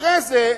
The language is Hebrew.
אחרי זה,